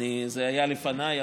זה היה לפניי,